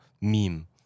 meme